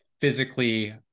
physically